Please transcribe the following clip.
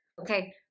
okay